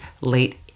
late